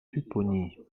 pupponi